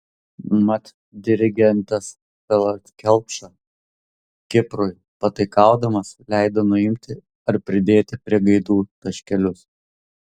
mat dirigentas tallat kelpša kiprui pataikaudamas leido nuimti ar pridėti prie gaidų taškelius